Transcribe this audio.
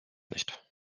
nicht